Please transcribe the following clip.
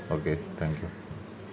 okay thank you